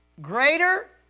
Greater